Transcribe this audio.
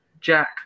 Jack